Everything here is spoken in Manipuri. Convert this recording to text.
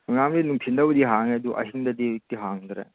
ꯅꯣꯡꯉꯥꯟꯕꯗꯩ ꯅꯨꯡꯊꯤꯟꯗꯕꯨꯗꯤ ꯍꯥꯡꯏ ꯑꯗꯨ ꯑꯍꯤꯡꯗꯗꯤ ꯍꯧꯖꯤꯛꯇꯤ ꯍꯥꯡꯗꯔꯦ